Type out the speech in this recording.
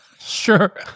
Sure